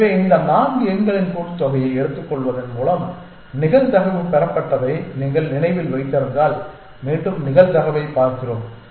எனவே இந்த 4 எண்களின் கூட்டுத்தொகையை எடுத்துக்கொள்வதன் மூலம் நிகழ்தகவு பெறப்பட்டதை நீங்கள் நினைவில் வைத்திருந்தால் மீண்டும் நிகழ்தகவைப் பார்க்கிறோம்